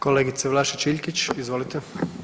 Kolegice Vlašić Iljkić, izvolite.